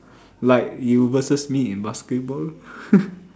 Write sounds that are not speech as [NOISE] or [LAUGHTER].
like you versus me in basketball [LAUGHS]